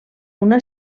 una